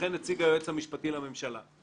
וכן נציג היועץ המשפטי לממשלה".